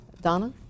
Donna